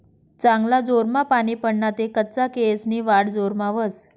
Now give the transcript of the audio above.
चांगला जोरमा पानी पडना ते कच्चा केयेसनी वाढ जोरमा व्हस